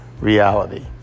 reality